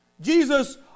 Jesus